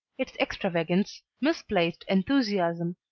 its extravagance, misplaced enthusiasm,